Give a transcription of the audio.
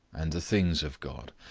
and the things of god,